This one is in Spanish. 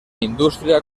industria